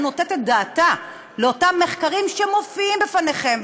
נותנת את דעתה לאותם מחקרים שמופיעים בפניכם,